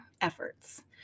efforts